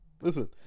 listen